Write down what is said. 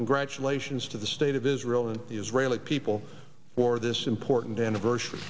congratulations to the state of israel and the israeli people for this important anniversary